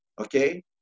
Okay